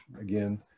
again